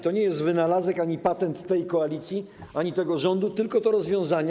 To nie jest wynalazek ani patent tej koalicji ani tego rządu, tylko to rozwiązanie.